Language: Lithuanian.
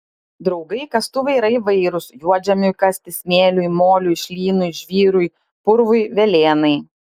draugai kastuvai yra įvairūs juodžemiui kasti smėliui moliui šlynui žvyrui purvui velėnai